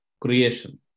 creation